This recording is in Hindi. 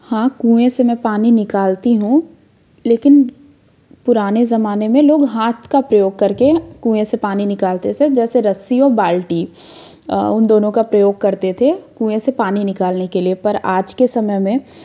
हाँ कुएँ से मैं पानी निकालती हूँ लेकिन पुराने जमाने में लोग हाथ का प्रयोग करके कुएँ से पानी निकालते से जैसे और बाल्टी उन दोनों का प्रयोग करते थे कुएँ से पानी निकालने के लिए पर आज के समय में